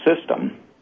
system